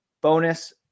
bonus